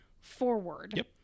forward